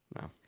No